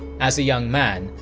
as a young man,